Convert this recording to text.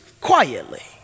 quietly